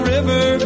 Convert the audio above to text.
River